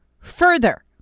further